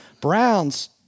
Browns